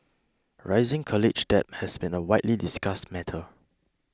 rising college debt has been a widely discussed matter